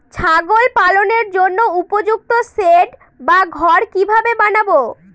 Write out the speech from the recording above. ছাগল পালনের জন্য উপযুক্ত সেড বা ঘর কিভাবে বানাবো?